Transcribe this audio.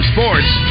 Sports